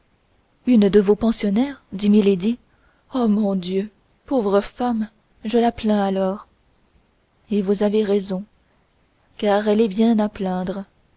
une de vos pensionnaires dit milady oh mon dieu pauvre femme je la plains alors et vous avez raison car elle est bien à plaindre